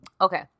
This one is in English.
okay